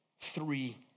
three